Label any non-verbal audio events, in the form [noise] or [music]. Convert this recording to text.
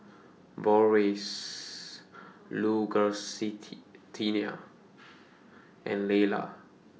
Boris [unintelligible] and Leyla